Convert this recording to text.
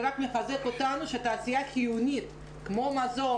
זה רק מחזק אותנו שהתעשייה חיונית כמו מזון,